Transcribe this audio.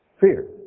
fear